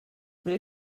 will